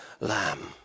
lamb